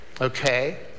Okay